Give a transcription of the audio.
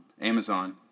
Amazon